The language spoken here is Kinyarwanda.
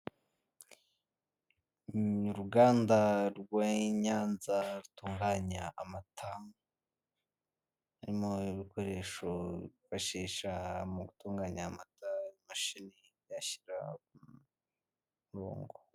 Muruganda rw'inyanza rutunganya amata harimo ibikoresho bifashisha mugutunganya amata imashini iyashyira kumurongo.